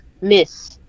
miss